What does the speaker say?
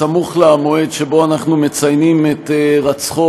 סמוך למועד שבו אנחנו מציינים את הירצחו